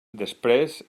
després